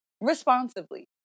responsibly